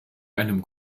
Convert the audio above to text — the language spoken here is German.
einem